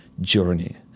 journey